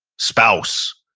spouse,